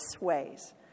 ways